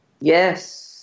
Yes